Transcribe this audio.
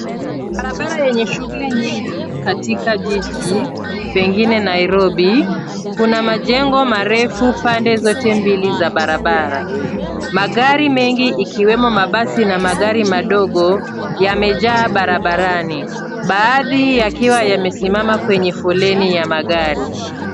Barabara yenye shughuli nyingi katika jiji pengine Nairobi. Kuna majengo marefu pande zote za barabara. Magari mengi ikiwemo mabasi na magari madogo yamejaa barabarani baadhi yakiwa yamesimama kwenye foleni ya magari.